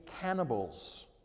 cannibals